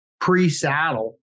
pre-saddle